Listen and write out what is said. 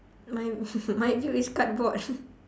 my my view is cupboard